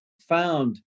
found